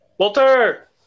Walter